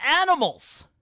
animals